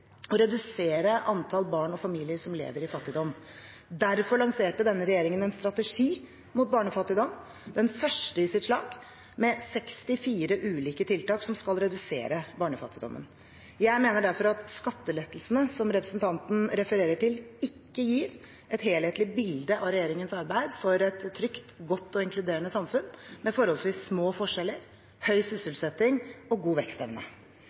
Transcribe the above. og redusere antall barn og familier som lever i fattigdom. Derfor lanserte denne regjeringen en strategi mot barnefattigdom – den første i sitt slag – med 64 ulike tiltak som skal redusere barnefattigdommen. Jeg mener derfor at skattelettelsene som representanten Tajik refererer til, ikke gir et helhetlig bilde av regjeringens arbeid for et trygt, godt og inkluderende samfunn med forholdsvis små forskjeller, høy sysselsetting og god vekstevne.